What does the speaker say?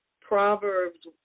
Proverbs